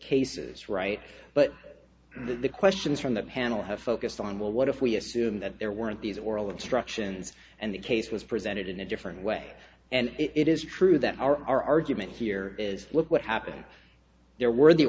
cases right but the questions from the panel have focused on well what if we assume that there weren't these oral instructions and the case was presented in a different way and it is true that our argument here is what happened there were the